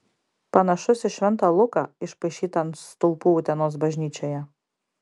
panašus į šventą luką išpaišytą ant stulpų utenos bažnyčioje